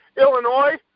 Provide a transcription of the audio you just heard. Illinois